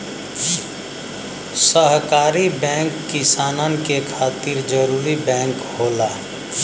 सहकारी बैंक किसानन के खातिर जरूरी बैंक होला